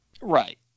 Right